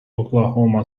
oklahoma